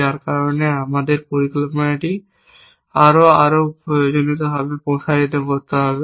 যার কারণে আমাদের পরিকল্পনাটি আরও এবং আরও প্রয়োজনীয়ভাবে প্রসারিত করতে হবে